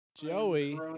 Joey